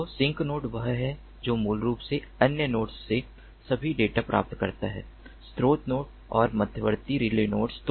तो sink node वह है जो मूल रूप से अन्य नोड्स से सभी डेटा प्राप्त करता है स्रोत नोड और मध्यवर्ती रिले नोड्स